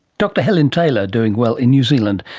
dr helen taylor doing well in new zealand,